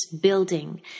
building